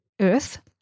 Earth